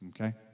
Okay